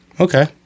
Okay